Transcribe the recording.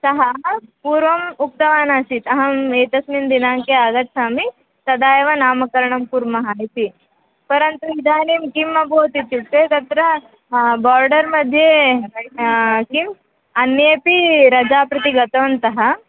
सः पूर्वम् उक्तवानासीत् अहम् एतस्मिन् दिनाङ्के आगच्छामि तदा एव नामकरणं कुर्मः इति परन्तु इदानीं किम् अभवत् इत्युक्ते तत्र बोर्डर्मध्ये किम् अन्येपि रजा प्रति गतवन्तः